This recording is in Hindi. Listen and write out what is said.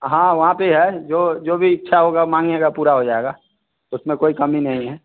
हाँ वहाँ पे है जो जो भी इच्छा होगा मांगिएगा पूरा हो जाएगा उसमें कोई कमी नहीं है